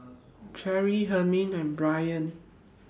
Cherri Hymen and Brain